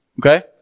Okay